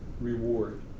reward